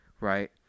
right